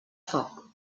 foc